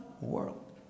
world